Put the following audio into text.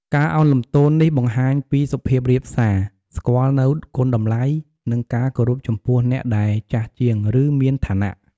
ការឱនលំទោននេះបង្ហាញពីសុភាពរាបសា ស្គាល់នូវគុណតម្លៃ និងការគោរពចំពោះអ្នកដែលចាស់ជាង ឬមានឋានៈ។